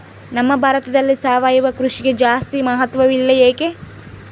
ನಮ್ಮ ಭಾರತದಲ್ಲಿ ಸಾವಯವ ಕೃಷಿಗೆ ಜಾಸ್ತಿ ಮಹತ್ವ ಇಲ್ಲ ಯಾಕೆ?